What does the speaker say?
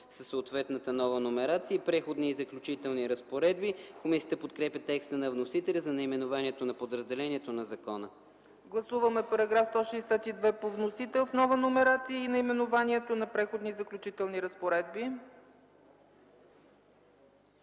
със съответната нова номерация и Преходни и заключителни разпоредби. Комисията подкрепя текста на вносителя за наименованието на подразделението на закона. ПРЕДСЕДАТЕЛ ЦЕЦКА ЦАЧЕВА: Гласуваме § 162 по вносител с нова номерация и наименованието на Преходни и заключителни разпоредби.